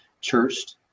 church